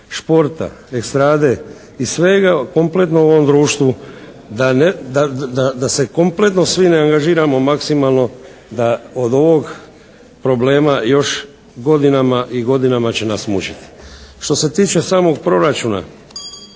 športa, estrade i sve kompletnog u ovom društvu da se kompletno svi ne angažiramo maksimalno da od ovog problema još godinama i godinama će nas mučiti. Što se tiče samog proračuna